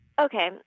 okay